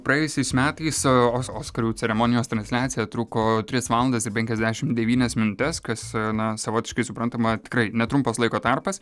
praėjusiais metais oskarų ceremonijos transliacija truko tris valandas ir penkiasdešimt devynias minutes kas na savotiškai suprantama tikrai netrumpas laiko tarpas